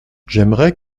j’aimerais